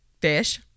fish